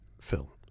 Phil